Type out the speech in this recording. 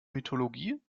mythologie